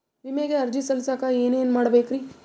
ವಿಮೆಗೆ ಅರ್ಜಿ ಸಲ್ಲಿಸಕ ಏನೇನ್ ಮಾಡ್ಬೇಕ್ರಿ?